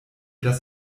das